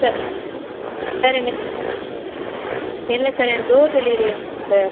sir sir எனக்கு இல்லை sir எனக்கு டோர் டெலிவரி வேணும் சார்